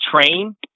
train